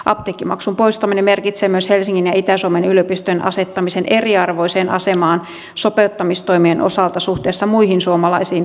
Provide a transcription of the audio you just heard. apteekkimaksun poistaminen merkitsee myös helsingin ja itä suomen yliopistojen asettamista eriarvoiseen asemaan sopeuttamistoimien osalta suhteessa muihin suomalaisiin korkeakouluihin